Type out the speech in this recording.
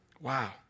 Wow